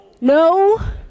No